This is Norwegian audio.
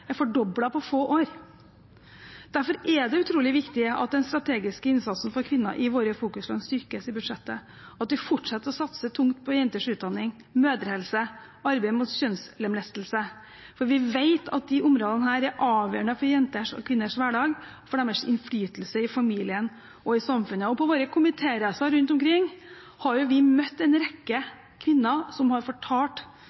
er fordoblet på få år. Derfor er det utrolig viktig at den strategiske innsatsen for kvinner i våre fokusland styrkes i budsjettet, at vi fortsetter å satse tungt på jenters utdanning, mødrehelse og arbeidet mot kjønnslemlestelse, for vi vet at disse områdene er avgjørende for jenters og kvinners hverdag, for deres innflytelse i familien og i samfunnet. På våre komitéreiser rundt omkring har vi møtt en